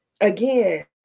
Again